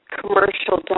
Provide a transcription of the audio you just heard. commercial